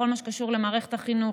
בכל מה שקשור למערכת החינוך,